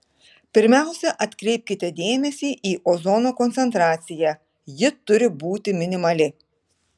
pirmiausia atkreipkite dėmesį į ozono koncentraciją ji turi būti minimali